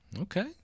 Okay